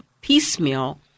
piecemeal